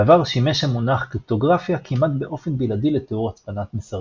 בעבר שימש המונח קריפטוגרפיה כמעט באופן בלעדי לתיאור הצפנת מסרים.